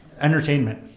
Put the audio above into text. entertainment